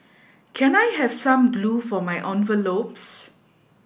can I have some glue for my envelopes